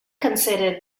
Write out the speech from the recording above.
considered